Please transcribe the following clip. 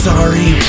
Sorry